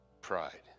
pride